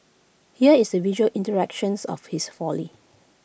here is the visual iterations of his folly